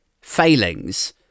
failings